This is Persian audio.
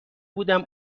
بودم